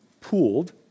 pooled